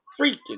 freaking